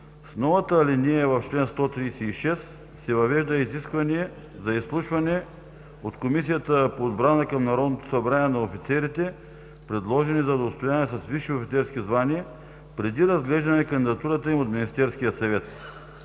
С новата алинея в чл. 136 се въвежда изискване за изслушване от Комисията по отбрана към Народното събрание на офицерите, предложени за удостояване с висше офицерско звание, преди разглеждане кандидатурата им от Министерския съвет.